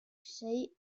sei